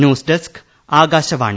news desk Akashvani